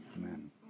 Amen